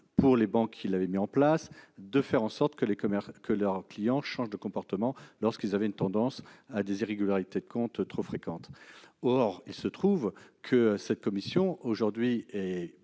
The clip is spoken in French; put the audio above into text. pour les banques qui l'avaient mise en place de faire en sorte que leurs clients changent de comportement lorsqu'ils avaient une tendance à se laisser aller à des irrégularités trop fréquentes. Or il se trouve que cette commission, aujourd'hui, est